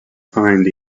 find